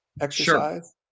exercise